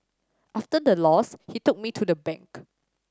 after the loss he took me to the bank